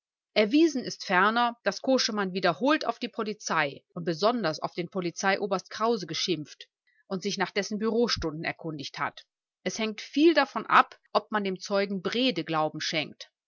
erwiesen ist ferner daß koschemann wiederholt auf die polizei und besonders auf den polizeioberst krause geschimpft und sich nach dessen bureaustunden erkundigt hat es hängt viel davon ab ob man dem zeugen brede glauben schenkt